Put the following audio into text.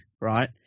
right